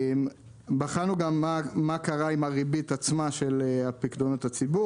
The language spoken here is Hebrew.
בחנו גם מה קרה עם הריבית של פיקדונות הציבור,